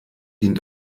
dient